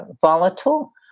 volatile